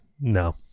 No